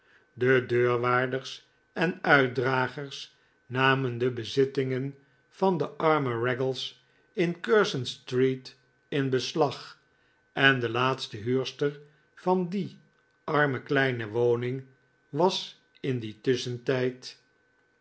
de deurwaarders en uitdragers namen de bezittingen van den armen raggles in curzon street in beslag en de laatste huurster van die arme kleine woning was in dien tusschentijd